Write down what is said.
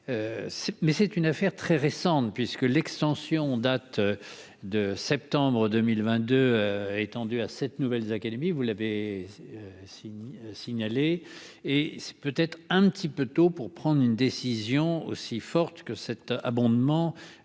mais c'est une affaire très récente, puisque l'extension date de septembre 2022 étendue à cette nouvelle académies, vous l'avez si signalé et c'est peut être un petit peu tôt pour prendre une décision aussi forte que cet abondement